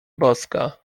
boska